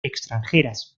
extranjeras